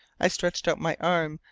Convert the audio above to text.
i stretched out my arm,